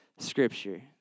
scripture